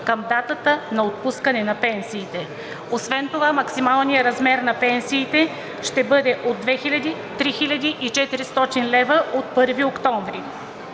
към датата на отпускате на пенсиите. Освен това максималният размер на пенсиите ще бъде от 2000 – 3400 лв. от 1 октомври.